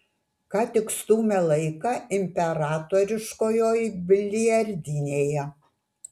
ką tik stūmė laiką imperatoriškojoj biliardinėje